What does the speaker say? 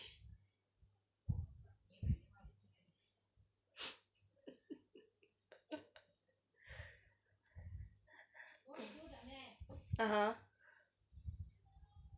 (uh huh)